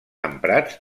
emprats